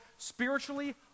spiritually